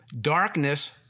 Darkness